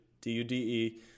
D-U-D-E